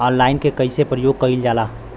Online के कइसे प्रयोग कइल जाला?